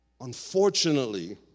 Unfortunately